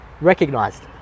Recognized